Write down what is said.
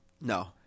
No